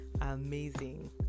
amazing